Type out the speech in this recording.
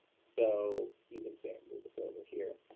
so, you can see it, i'll move this over here.